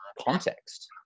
context